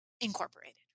incorporated